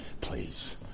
please